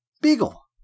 Beagle